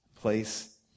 Place